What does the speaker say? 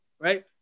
right